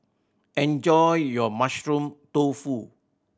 enjoy your Mushroom Tofu